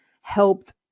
helped